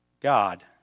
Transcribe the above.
God